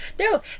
No